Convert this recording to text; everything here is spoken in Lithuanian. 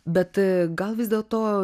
bet gal vis dėlto